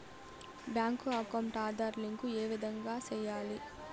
Bank account Aadhaar link ఏ విధంగా సెయ్యాలి?